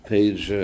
Page